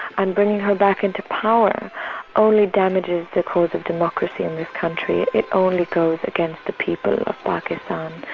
and bringing her back into power only damages the cause of democracy in this country, it only goes against the people of pakistan,